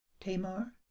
Tamar